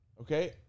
okay-